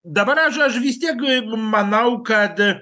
dabar aš aš vistiek manau kad